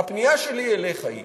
הפנייה שלי אליך היא